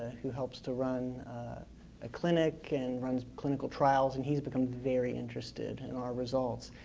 who helps to run a clinic and runs clinical trials and he's become very interested in our results.